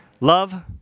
love